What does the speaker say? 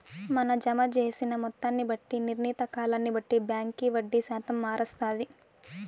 మన జమ జేసిన మొత్తాన్ని బట్టి, నిర్ణీత కాలాన్ని బట్టి బాంకీ వడ్డీ శాతం మారస్తాది